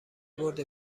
برد